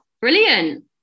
Brilliant